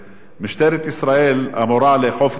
משטרת ישראל אמורה לאכוף את החוק.